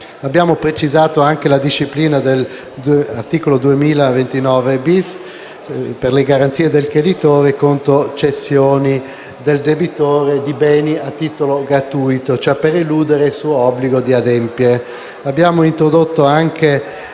Abbiamo precisato anche la disciplina dell'articolo 2029-*bis* per le garanzie del creditore contro cessioni del debitore di beni a titolo gratuito, per eludere il suo obbligo di adempiere. Abbiamo introdotto una